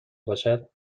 باشد